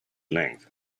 length